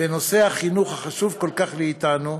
בנושא החינוך, החשוב כל כך, לנו,